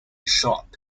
shop